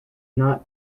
not